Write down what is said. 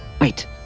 Wait